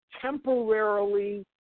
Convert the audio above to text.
temporarily